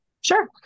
Sure